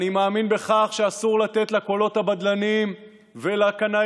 אני מאמין בכך שאסור לתת לקולות הבדלניים ולקנאים,